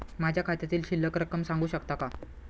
माझ्या खात्यातील शिल्लक रक्कम सांगू शकता का?